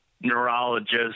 neurologist